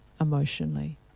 emotionally